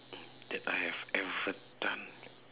that I have ever done